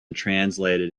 translated